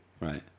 Right